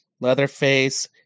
Leatherface